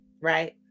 right